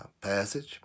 passage